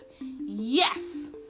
yes